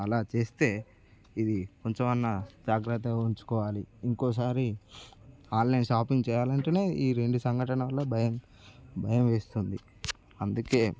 అలా చేస్తే ఇది కొంచెం అన్నా జాగ్రత్తగా ఉంచుకోవాలి ఇంకోసారి ఆన్లైన్ షాపింగ్ చేయ్యాలంటేనే ఈ రెండు సంఘటనల వల్ల భయం భయం వేస్తుంది అందుకే